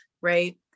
right